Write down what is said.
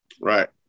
Right